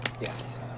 Yes